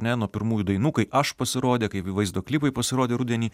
ar ne nuo pirmųjų dainų kai aš pasirodė kaip vaizdo klipai pasirodė rudenį